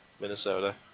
Minnesota